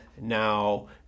now